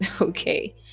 okay